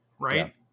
right